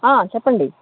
చెప్పండి